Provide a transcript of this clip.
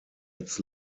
its